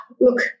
Look